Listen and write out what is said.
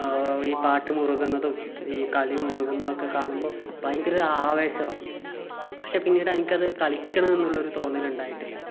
ഈ പാട്ട് മുറുകുന്നതും ഈ കളി മുറുകുന്നതൊക്കെ കാണുമ്പോൾ ഭയങ്കര ഒരു ആവേശമാണ് പക്ഷേ പിന്നീട് എനിക്കത് കളിക്കണം എന്നുള്ളൊരു തോന്നൽ ഉണ്ടായിട്ടില്ല